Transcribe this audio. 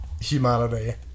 humanity